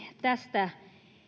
tästä